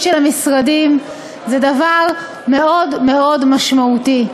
של המשרדים זה דבר מאוד מאוד משמעותי.